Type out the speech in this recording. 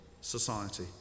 society